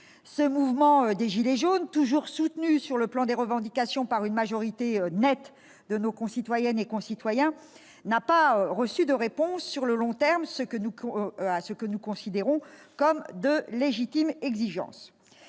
Le mouvement des « gilets jaunes », toujours soutenu sur le plan des revendications par une nette majorité de nos concitoyennes et concitoyens, n'a pas reçu de réponse de long terme à des exigences que nous considérons comme légitimes.